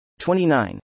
29